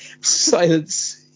Silence